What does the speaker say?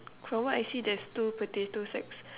from what I see there's two potato sacks